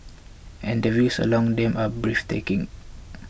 and the views along them are breathtaking